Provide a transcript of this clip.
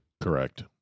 Correct